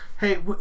Hey